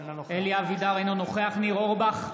אינו נוכח ניר אורבך,